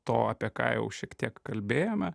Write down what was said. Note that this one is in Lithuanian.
to apie ką jau šiek tiek kalbėjome